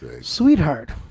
sweetheart